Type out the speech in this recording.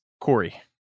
Corey